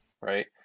right